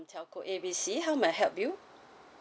telco A B C how may I help you